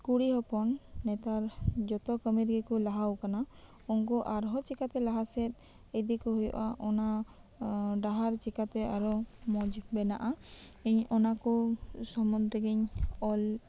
ᱠᱩᱲᱤ ᱦᱚᱯᱚᱱ ᱱᱮᱛᱟᱨ ᱡᱚᱛᱚ ᱠᱟᱹᱢᱤ ᱨᱮᱜᱮ ᱠᱚ ᱞᱟᱦᱟ ᱟᱠᱟᱣᱱᱟ ᱩᱱᱠᱩ ᱟᱨᱦᱚᱸ ᱪᱮᱠᱟᱛᱮ ᱞᱟᱦᱟ ᱥᱮᱡ ᱤᱫᱤ ᱠᱚ ᱦᱩᱭᱩᱜᱼᱟ ᱚᱱᱟ ᱰᱟᱦᱟᱨ ᱪᱮᱠᱟᱛᱮ ᱢᱚᱸᱡ ᱵᱮᱱᱟᱜᱼᱟ ᱤᱧ ᱚᱱᱟ ᱠᱚ ᱥᱚᱢᱫᱷᱮ ᱜᱮᱧ ᱚᱞ